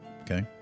Okay